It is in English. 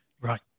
right